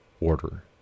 order